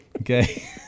Okay